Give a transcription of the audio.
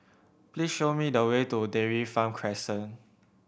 please show me the way to Dairy Farm Crescent